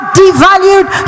devalued